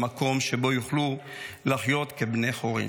המקום שבו יוכלו לחיות כבני חורין.